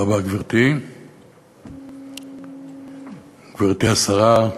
גברתי, תודה רבה, גברתי השרה,